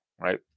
right